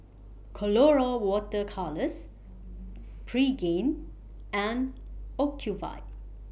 Colora Water Colours Pregain and Ocuvite